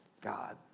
God